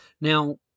Now